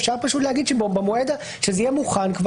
אפשר פשוט לומר שזה יהיה מוכן.